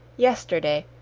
yesterday,